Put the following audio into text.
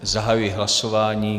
Zahajuji hlasování.